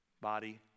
body